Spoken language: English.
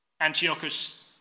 Antiochus